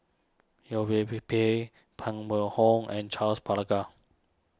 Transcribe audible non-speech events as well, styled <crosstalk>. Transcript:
Yeo Wei Pay Pay Pang Wait Hong and Charles <unintelligible>